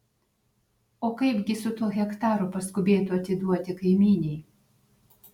o kaipgi su tuo hektaru paskubėtu atiduoti kaimynei